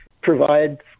provide